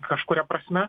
kažkuria prasme